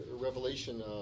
revelation